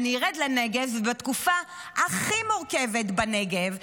בתקופה הכי מורכבת בנגב,